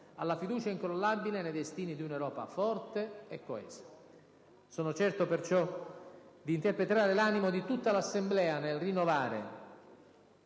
alla fiducia incrollabile nei destini di un'Europa forte e coesa. Sono certo perciò di interpretare l'animo di tutta l'Assemblea nel rinnovarle,